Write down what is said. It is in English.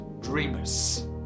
dreamers